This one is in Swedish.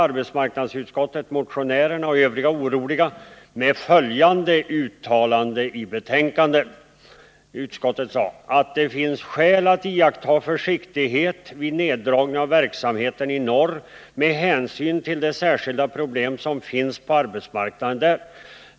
Arbetsmarknadsutskottet lugnade motionärerna och övriga oroliga genom att i betänkandet uttala att ”det finns skäl att iaktta försiktighet vid neddragningen av verksamheten i norr med kilda problem som finns på arbetsmarknaden där.